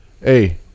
Hey